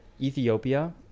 Ethiopia